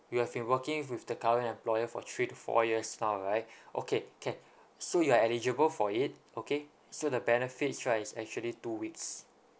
you have been working f~ with the current employer for three to four years now right okay can so you are eligible for it okay so the benefits right is actually two weeks